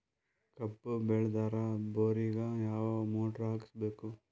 ಕಬ್ಬು ಬೇಳದರ್ ಬೋರಿಗ ಯಾವ ಮೋಟ್ರ ಹಾಕಿಸಬೇಕು?